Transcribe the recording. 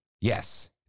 Yes